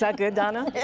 so good, donna? yeah